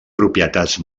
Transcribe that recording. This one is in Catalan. propietats